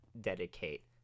dedicate